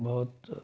बहुत